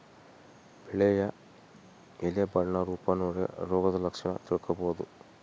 ಬೆಳೆಯ ಎಲೆ ಬಣ್ಣ ರೂಪ ನೋಡಿ ರೋಗದ ಲಕ್ಷಣ ತಿಳ್ಕೋಬೋದು